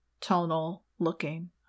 tonal-looking